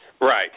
Right